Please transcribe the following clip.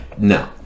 no